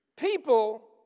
People